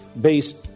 based